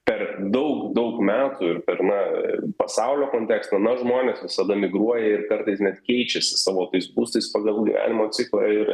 per daug daug metų ir per na pasaulio konteksto na žmonės visada migruoja ir kartais net keičiasi savo tais būstais pagal gyvenimo ciklą ir